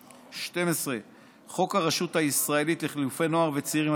12. חוק הרשות הישראלית לחילופי נוער וצעירים,